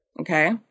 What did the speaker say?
Okay